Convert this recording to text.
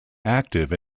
active